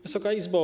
Wysoka Izbo!